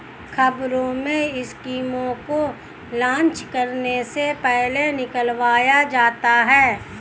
अखबारों में स्कीमों को लान्च करने से पहले निकलवाया जाता है